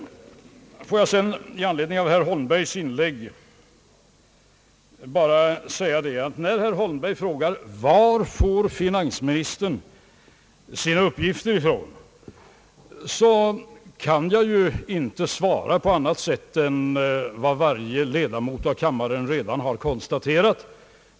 Får jag sedan i anledning av herr Holmbergs inlägg bara säga, att när herr Holmberg frågar var finansministern får sina uppgifter ifrån, kan jag inte svara på annat sätt än vad varje ledamot av kammaren redan konstaterat.